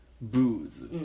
booze